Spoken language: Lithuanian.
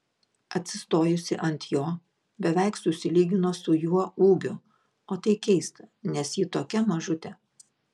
atsistojusi ant jo beveik susilygino su juo ūgiu o tai keista nes ji tokia mažutė